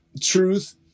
truth